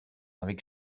avec